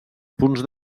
punts